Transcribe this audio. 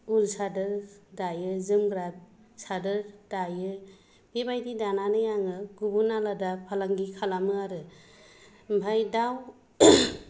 उल सादोर दायो जोमग्रा सादोर दायो बेबायदि दानानै आङो गुबुन आलादा फालांगि खालामो आरो ओमफ्राय दाउ